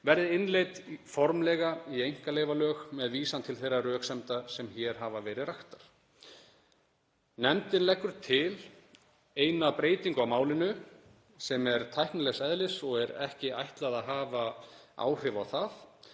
verði innleidd formlega í einkaleyfalög með vísan til þeirra röksemda sem hér hafa verið raktar. Nefndin leggur til eina breytingu á málinu sem er tæknilegs eðlis og er ekki ætlað að hafa efnisleg áhrif á það.